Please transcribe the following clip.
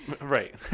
Right